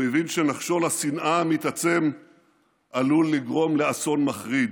הוא הבין שנחשול השנאה המתעצם עלול לגרום לאסון מחריד.